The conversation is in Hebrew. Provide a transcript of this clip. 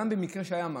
גם במקרה שהיה משהו,